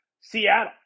Seattle